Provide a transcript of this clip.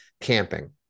camping